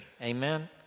Amen